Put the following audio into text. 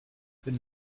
wenn